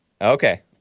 Okay